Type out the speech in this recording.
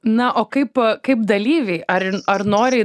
na o kaip kaip dalyviai ar ar noriai